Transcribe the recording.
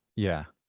yeah,